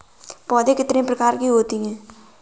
पौध कितने प्रकार की होती हैं?